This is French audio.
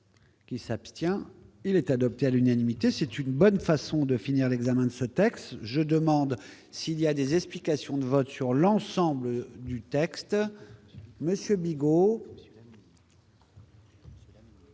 Qui s'abstient, il est adopté à l'unanimité, c'est une bonne façon de finir l'examen de ce texte, je demande s'il y a des explications de vote sur l'ensemble du texte Monsieur Bigot.